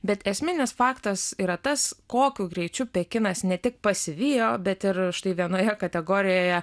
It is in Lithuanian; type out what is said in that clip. bet esminis faktas yra tas kokiu greičiu pekinas ne tik pasivijo bet ir štai vienoje kategorijoje